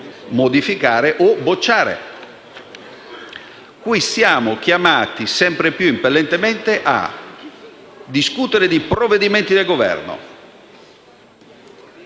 modificarli o bocciarli. Qui, invece, siamo chiamati sempre più impellentemente a discutere di provvedimenti del Governo,